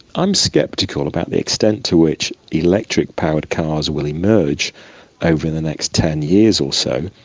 i'm sceptical about the extent to which electric-powered cars will emerge over the next ten years or so,